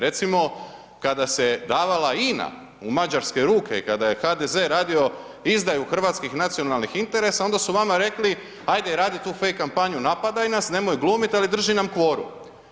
Recimo kada se davala INA u mađarske ruke i kada je HDZ-e radio izdaju hrvatskih nacionalnih interesa onda su vama rekli hajde radi tu fejk kampanju, napadaj nas, nemoj glumiti, ali drži nam kvorum.